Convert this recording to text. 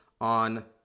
on